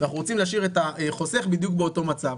אנחנו רוצים להשאיר את החוסך בדיוק באותו מצב.